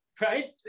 right